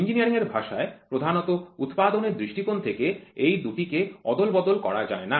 engineering এর ভাষায় প্রধানত উৎপাদনের দৃষ্টিকোণ থেকে এই দুটি কে অদল বদল করা যায়না